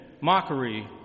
mockery